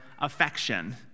affection